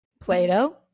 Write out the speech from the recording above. Plato